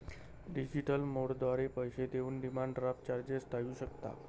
digital मोडद्वारे पैसे देऊन डिमांड ड्राफ्ट चार्जेस टाळू शकता